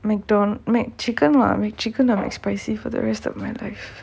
mcdo~ McChicken lah McChicken McSpicy for the rest of my life